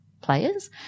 players